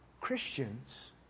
Christians